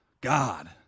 God